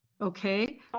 Okay